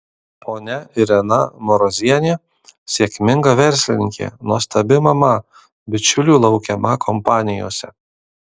ponia irena marozienė sėkminga verslininkė nuostabi mama bičiulių laukiama kompanijose